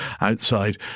outside